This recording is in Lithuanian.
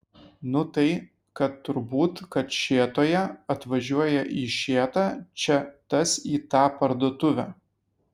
nu tai kad turbūt kad šėtoje atvažiuoja į šėtą čia tas į tą parduotuvę